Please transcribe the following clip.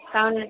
কারণ